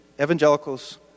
evangelicals